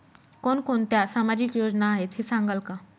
कोणकोणत्या सामाजिक योजना आहेत हे सांगाल का?